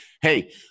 Hey